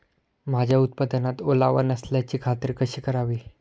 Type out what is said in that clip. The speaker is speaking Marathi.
माझ्या उत्पादनात ओलावा नसल्याची खात्री कशी करावी?